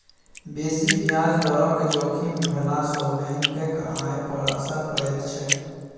बेसी ब्याज दरक जोखिम भेलासँ बैंकक आय पर असर पड़ैत छै